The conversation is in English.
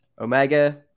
Omega